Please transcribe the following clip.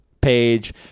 page